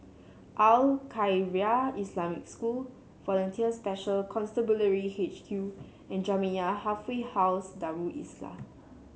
Al Khairiah Islamic School Volunteer Special Constabulary H Q and Jamiyah Halfway House Darul Islah